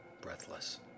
breathless